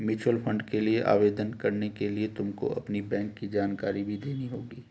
mutual fund के लिए आवेदन करने के लिए तुमको अपनी बैंक की जानकारी भी देनी होगी